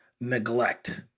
neglect